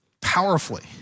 powerfully